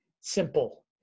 simple